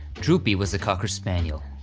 droopy was a cocker spaniel.